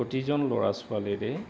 প্ৰতিজন ল'ৰা ছোৱালীৰে